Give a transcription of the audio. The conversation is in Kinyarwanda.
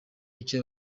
icyo